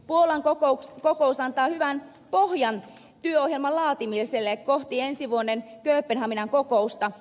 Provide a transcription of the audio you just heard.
puolan kokous antaa hyvän pohjan työohjelman laatimiselle kohti ensi vuoden kööpenhaminan kokousta